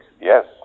Yes